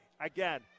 Again